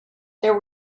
there